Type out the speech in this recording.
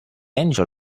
angel